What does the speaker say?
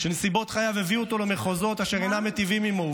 שנסיבות חייו הביאו אותו למחוזות אשר אינם מיטיבים עימו,